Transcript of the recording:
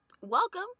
welcome